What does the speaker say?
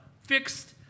fixed